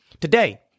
Today